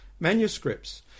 Manuscripts